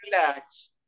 relax